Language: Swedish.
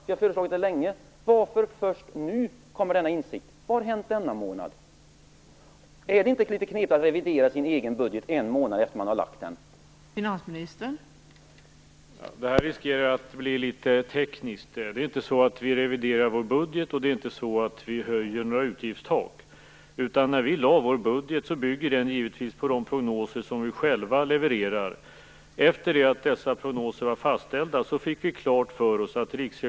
Vi har föreslagit det länge. Varför kommer denna insikt först nu? Vad har hänt denna månad? Är det inte litet knepigt att revidera sin egen budget en månad efter det att man har lagt fram den?